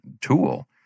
tool